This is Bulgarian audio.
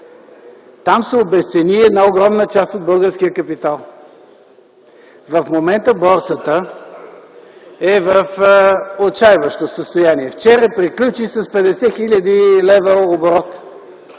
Там се обезцени една огромна част от българския капитал. В момента борсата е в отчайващо състояние. Вчера приключи с 50 000 лв. оборот,